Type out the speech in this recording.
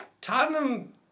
Tottenham